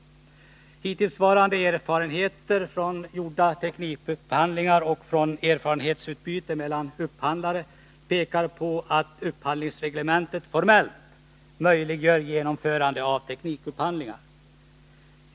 STU anförde då i sitt yttrande: ”Hittillsvarande erfarenheter från gjorda teknikupphandlingar och från erfarenhetsutbyte mellan upphandlare pekar på att upphandlingsreglementet formellt möjliggör genomförande av teknikupphandlingar.